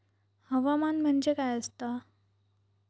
हवामान म्हणजे काय असता?